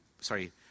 sorry